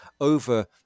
over